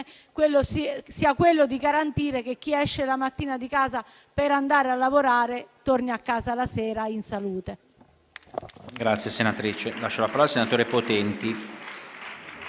sia quello di garantire che chi esce la mattina di casa per andare a lavorare torni a casa la sera in salute.